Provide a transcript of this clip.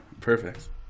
Perfect